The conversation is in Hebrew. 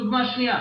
דוגמה שנייה